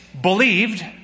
believed